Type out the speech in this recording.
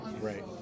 Right